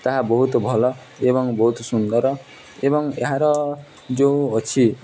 ତାହା ବହୁତ ଭଲ ଏବଂ ବହୁତ ସୁନ୍ଦର ଏବଂ ଏହାର ଯେଉଁ ଅଛି